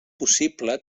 possible